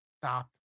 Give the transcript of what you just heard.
stop